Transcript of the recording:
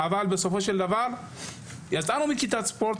בסופו של דבר יצאנו מכיתת ספורט,